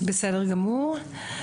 בסדר גמור,